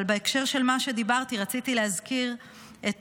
אבל בהקשר של מה שדיברתי רציתי להזכיר את